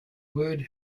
word